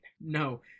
No